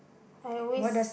I always